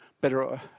better